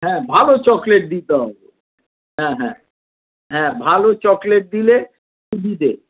হ্যাঁ ভালো চকলেট দিতে হবে হ্যাঁ হ্যাঁ হ্যাঁ ভালো চকলেট দিলে সুবিধে